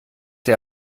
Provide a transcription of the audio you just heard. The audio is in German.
der